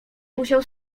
musiał